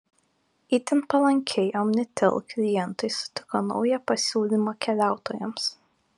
itin palankiai omnitel klientai sutiko naują pasiūlymą keliautojams